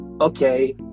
okay